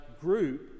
group